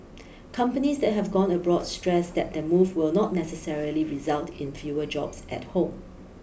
companies that have gone abroad stressed that their move will not necessarily result in fewer jobs at home